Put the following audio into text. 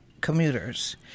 commuters